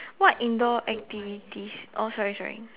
what indoor activities oh sorry sorry